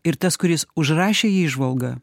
ir tas kuris užrašė įžvalgą